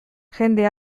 jende